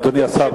אדוני השר,